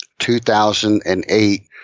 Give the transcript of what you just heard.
2008